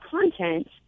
content